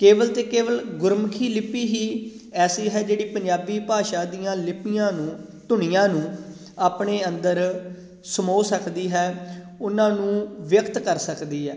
ਕੇਵਲ ਅਤੇ ਕੇਵਲ ਗੁਰਮੁਖੀ ਲਿਪੀ ਹੀ ਐਸੀ ਹੈ ਜਿਹੜੀ ਪੰਜਾਬੀ ਭਾਸ਼ਾ ਦੀਆਂ ਲਿਪੀਆਂ ਨੂੰ ਧੁਨੀਆਂ ਨੂੰ ਆਪਣੇ ਅੰਦਰ ਸਮੋ ਸਕਦੀ ਹੈ ਉਹਨਾਂ ਨੂੰ ਵਿਅਕਤ ਕਰ ਸਕਦੀ ਹੈ